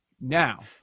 Now